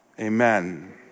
amen